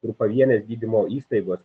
ir pavienės gydymo įstaigos